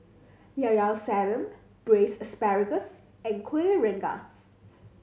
Llao Llao Sanum Braised Asparagus and Kuih Rengas